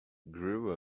grew